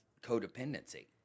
codependency